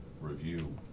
review